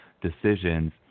decisions